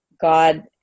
God